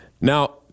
Now